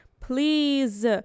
please